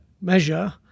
measure